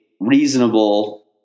reasonable